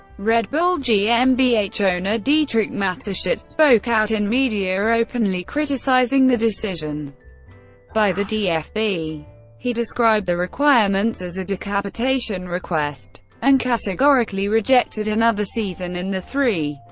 red bull gmbh owner dietrich mateschitz spoke out in media, openly criticizing the decision by the dfb. he described the requirements as a decapitation request and categorically rejected another season in the three.